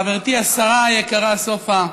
חברתי השרה היקרה סופה,